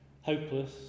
hopeless